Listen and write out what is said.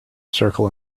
circle